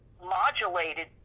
modulated